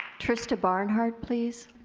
trista barnhart please.